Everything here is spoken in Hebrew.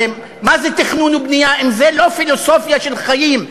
הרי מה זה תכנון ובנייה אם לא פילוסופיה של חיים,